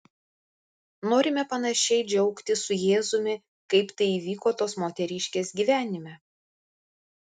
norime panašiai džiaugtis su jėzumi kaip tai įvyko tos moteriškės gyvenime